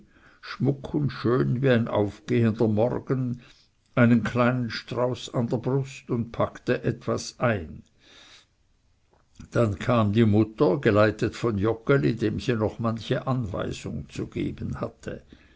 schmuck und schön wie ein aufgehender morgen einen kleinen strauß an der brust und packte etwas ein dann kam die mutter geleitet von joggeli dem sie noch manche anweisung zu geben hatte